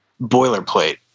boilerplate